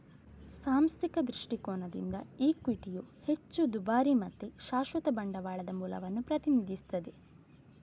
ಸಾಂಸ್ಥಿಕ ದೃಷ್ಟಿಕೋನದಿಂದ ಇಕ್ವಿಟಿಯು ಹೆಚ್ಚು ದುಬಾರಿ ಮತ್ತೆ ಶಾಶ್ವತ ಬಂಡವಾಳದ ಮೂಲವನ್ನ ಪ್ರತಿನಿಧಿಸ್ತದೆ